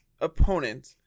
opponent